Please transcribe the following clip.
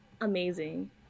amazing